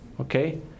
Okay